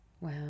Wow